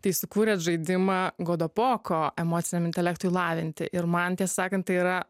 tai sukūrėt žaidimą godopoko emociniam intelektui lavinti ir man tiesą sakant tai yra